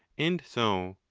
and so